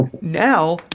now